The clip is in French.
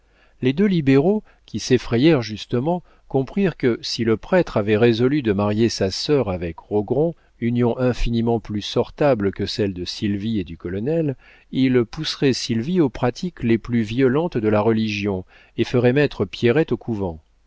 les deux libéraux qui s'effrayèrent justement comprirent que si le prêtre avait résolu de marier sa sœur avec rogron union infiniment plus sortable que celle de sylvie et du colonel il pousserait sylvie aux pratiques les plus violentes de la religion et ferait mettre pierrette au couvent